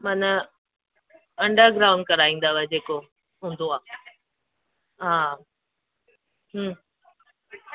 माना अंडरग्राउंड कराईंदव जेको हूंदो आ हा हूं